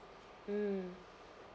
mm